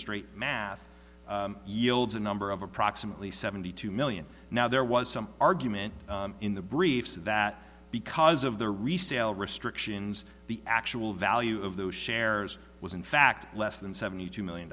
straight math yields a number of approximately seventy two million now there was some argument in the briefs that because of the resale restrictions the actual value of those shares was in fact less than seventy two million